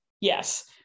yes